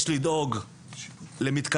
יש לדאוג למתקנים,